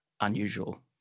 unusual